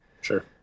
Sure